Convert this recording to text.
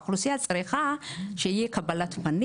האוכלוסייה צריכה שתהיה קבלת קהל,